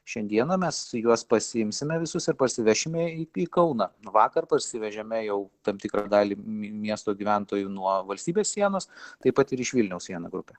šiandieną mes juos pasiimsime visus ir parsivešime į kauną vakar parsivežėme jau tam tikrą dalį miesto gyventojų nuo valstybės sienos taip pat ir iš vilniaus vieną grupę